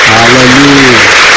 Hallelujah